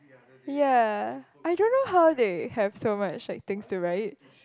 ya I don't know how they have so much like things to write